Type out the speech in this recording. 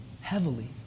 heavily